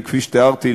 וכפי שתיארתי,